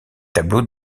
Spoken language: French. tableaux